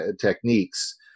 techniques